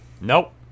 Nope